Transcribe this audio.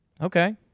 Okay